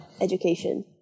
education